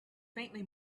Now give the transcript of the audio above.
faintly